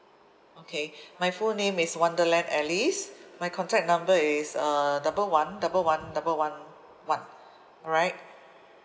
okay my full name is wonderland alice my contact number is uh double one double one double one one alright